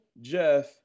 jeff